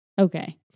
Okay